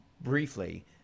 briefly